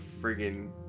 friggin